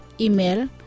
Email